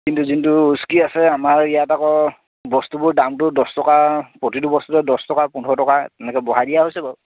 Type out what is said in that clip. কিন্তু যোনটো হুইস্কী আছে আমাৰ ইয়াত আকৌ বস্তুবোৰ দামটো দহ টকা প্ৰতিটো বস্তুৰে দছ টকা পোন্ধিৰ টকা এনেকৈ বঢ়াই দিয়া হৈছে বাৰু